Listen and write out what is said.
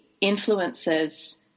influences